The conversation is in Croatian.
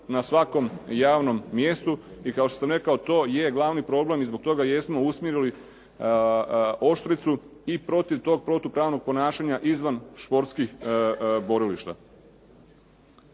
na svakom javnom mjestu. I kao što sam rekao to je glavni problem i zbog toga jesmo usmjerili oštricu i protiv tog protupravnog ponašanja izvan športskih borilišta.